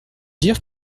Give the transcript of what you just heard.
dire